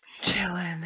Chilling